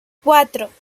cuatro